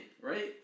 right